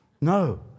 No